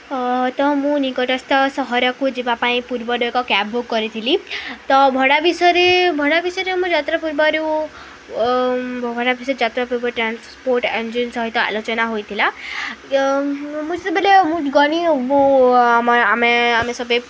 ତ ମୁଁ ନିକଟସ୍ଥ ସହରକୁ ଯିବା ପାଇଁ ପୂର୍ବରୁ ଏକ କ୍ୟାବ୍ ବୁକ୍ କରିଥିଲି ତ ଭଡ଼ା ବିଷୟରେ ଭଡ଼ା ବିଷୟରେ ମୁଁ ଯାତ୍ରା ପୂର୍ବରୁ ଭଡ଼ା ବିଷୟରେ ଯାତ୍ରା ପୂର୍ବ ଟ୍ରାନ୍ସପୋର୍ଟ୍ ଏଜେନ୍ସି ସହିତ ଆଲୋଚନା ହୋଇଥିଲା ମୁଁ ସେତେବେଲେ ମୁଁ ଗନ ମୁଁ ଆମ ଆମେ ଆମେ ସବେ